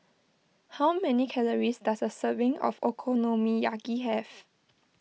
how many calories does a serving of Okonomiyaki have